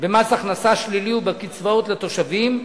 במס הכנסה שלילי ובקצבאות לתושבים,